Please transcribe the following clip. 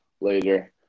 later